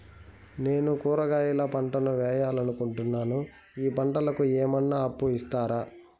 నేను కూరగాయల పంటలు వేయాలనుకుంటున్నాను, ఈ పంటలకు ఏమన్నా అప్పు ఇస్తారా?